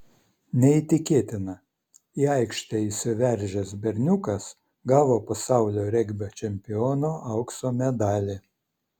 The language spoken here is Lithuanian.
neįtikėtina į aikštę įsiveržęs berniukas gavo pasaulio regbio čempiono aukso medalį